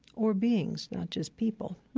we're beings, not just people.